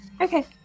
Okay